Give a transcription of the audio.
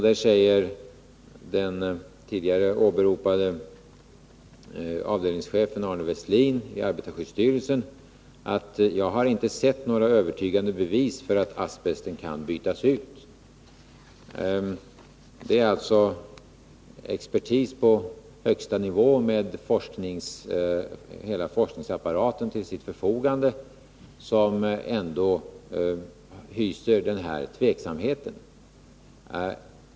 Där säger den tidigare åberopade avdelningschefen Arne Westlin i arbetarskyddsstyrelsen: Jag har inte sett några övertygande bevis för att asbesten kan bytas ut. Det är alltså expertis på högsta nivå med hela forskningsapparaten till sitt förfogande som ändå hyser dessa tvivel.